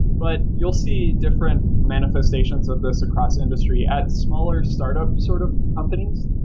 but you'll see different manifestations of this across industry. at smaller startup sort of companies,